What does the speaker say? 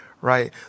Right